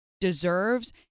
deserves